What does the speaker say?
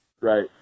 right